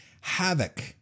havoc